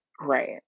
Right